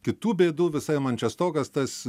kitų bėdų visai man čia stogas tas